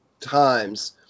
times